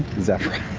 zephrah.